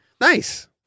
Nice